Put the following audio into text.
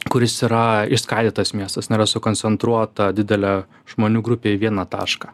kuris yra išskaidytas miestas nėra sukoncentruota didelė žmonių grupė į vieną tašką